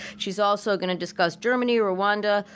she's also gonna discuss germany, rwanda,